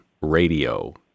radio